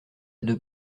deux